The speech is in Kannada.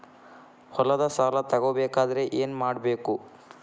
ಹೊಲದ ಸಾಲ ತಗೋಬೇಕಾದ್ರೆ ಏನ್ಮಾಡಬೇಕು?